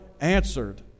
answered